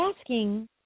asking